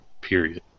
period